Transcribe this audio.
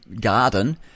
garden